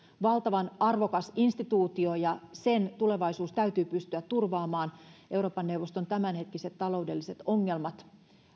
valtavan arvokas instituutio ja sen tulevaisuus täytyy pystyä turvaamaan euroopan neuvoston tämänhetkiset taloudelliset ongelmat